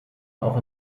auch